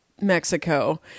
mexico